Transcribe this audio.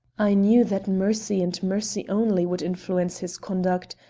i knew that mercy and mercy only would influence his conduct.